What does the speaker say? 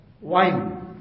wine